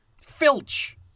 Filch